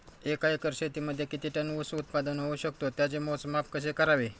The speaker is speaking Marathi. एका एकर शेतीमध्ये किती टन ऊस उत्पादन होऊ शकतो? त्याचे मोजमाप कसे करावे?